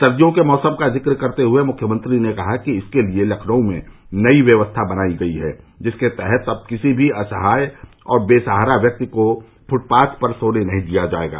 सर्दियों के मौसम का जिक्र करते हुये मुख्यमंत्री ने कहा कि इसके लिये लखनऊ में नई व्यवस्था बनायी गयी है जिसके तहत अब किसी भी असहाय और बेसहारा व्यक्ति को फुटपाथ पर सोने नही दिया जाएगा